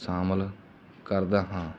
ਸ਼ਾਮਿਲ ਕਰਦਾ ਹਾਂ